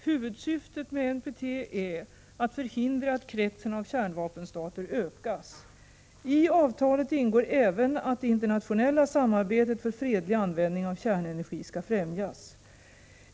Huvudsyftet med NPT är att förhindra att kretsen av kärnvapenstater ökar. I avtalet ingår även att det internationella samarbetet för fredlig användning av kärnenergi skall främjas.